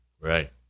Right